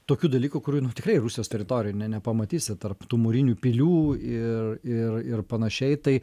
tokių dalykų kurių nu tikrai rusijos teritorijoj ne nepamatysi tarp tų mūrinių pilių ir ir ir panašiai tai